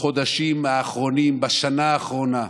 בחודשים האחרונים, בשנה האחרונה,